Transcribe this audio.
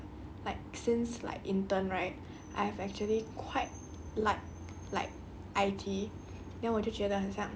like since like intern right I've actually quite like like I_T then 我就觉得很像